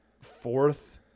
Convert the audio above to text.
fourth